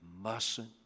mustn't